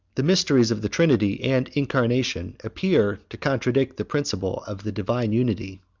the mysteries of the trinity and incarnation appear to contradict the principle of the divine unity.